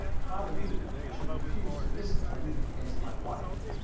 if i were you, i should refuse to listen to anything against my wife.